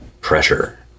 Pressure